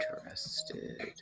Interested